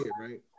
right